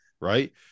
right